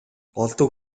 голдуу